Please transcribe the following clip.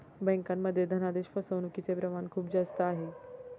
बँकांमध्ये धनादेश फसवणूकचे प्रमाण खूप जास्त आहे